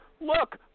Look